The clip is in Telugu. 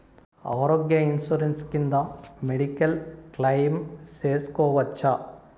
ఆరోగ్య ఇన్సూరెన్సు కింద మెడికల్ క్లెయిమ్ సేసుకోవచ్చా?